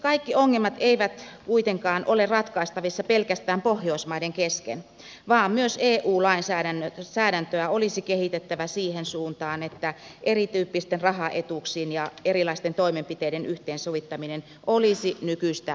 kaikki ongelmat eivät kuitenkaan ole ratkaistavissa pelkästään pohjoismaiden kesken vaan myös eu lainsäädäntöä olisi kehitettävä siihen suuntaan että erityyppisten rahaetuuksien ja erilaisten toimenpiteiden yhteensovittaminen olisi nykyistä helpompaa